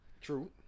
True